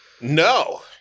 No